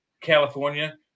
California